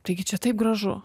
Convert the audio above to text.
taigi čia taip gražu